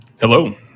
Hello